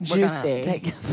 Juicy